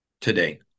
today